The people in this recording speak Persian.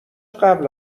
قبل